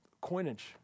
coinage